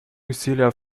усилия